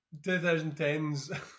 2010s